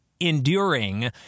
enduring